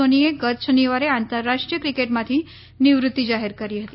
ધોનીએ ગત શનિવારે આંતરરાષ્ટ્રીય ક્રિકેટમાંથી નિવૃત્તી જાહેર કરી હતી